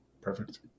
Perfect